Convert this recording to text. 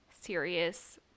serious